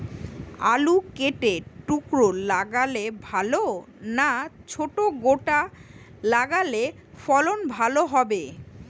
আলু কেটে টুকরো লাগালে ভাল না ছোট গোটা লাগালে ফলন ভালো হবে?